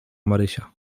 marysia